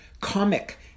comic